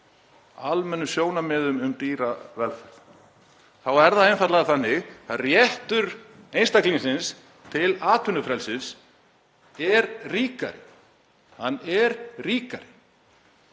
almennum sjónarmiðum um dýravelferð. Þá er einfaldlega réttur einstaklingsins til atvinnufrelsis ríkari. Hann er ríkari.